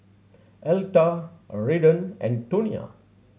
Elta Redden and Tonia